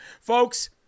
folks